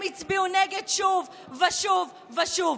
הם הצביעו נגד שוב ושוב ושוב.